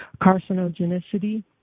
carcinogenicity